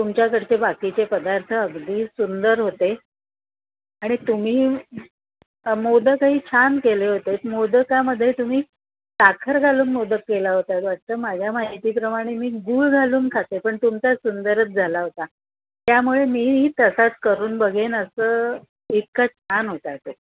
तुमच्याकडचे बाकीचे पदार्थ अगदी सुंदर होते आणि तुम्ही मोदकही छान केले होतेत मोदकामध्ये तुम्ही साखर घालून मोदक केला होता वाटतं माझ्या माहितीप्रमाणे मी गूळ घालून खाते पण तुमचा सुंदरच झाला होता त्यामुळे मीही तसाच करून बघेन असं इतका छान होता तोही